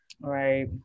Right